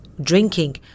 drinking